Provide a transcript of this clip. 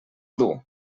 dur